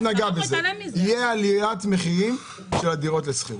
תהיה עליית מחירים של הדירות לשכירות.